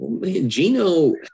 gino